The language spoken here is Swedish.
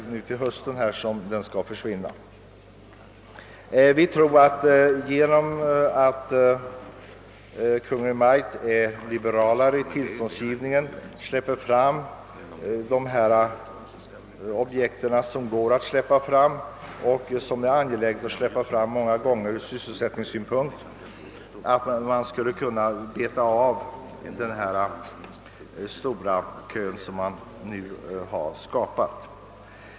Meningen är att den skall försvinna till hösten. Vi tror att Kungl. Maj:t genom att vara liberalare med tillståndsgivningen och släppa fram de objekt som det är möjligt att släppa fram — och som det många gånger ur sysselsättningssynpunkt är angeläget att påbörja — skulle kunna minska den stora kö som nu har skapats.